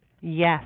Yes